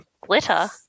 Glitter